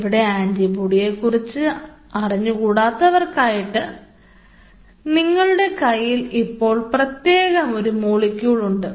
ഇവിടെ ആൻറിബോഡിയെക്കുറിച്ച് അറിഞ്ഞുകൂടാത്തവർക്കായി നിങ്ങളുടെ കയ്യിൽ ഇപ്പോൾ പ്രത്യേകമൊരു മോളിക്യൂൾ ഉണ്ട്